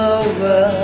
over